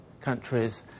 countries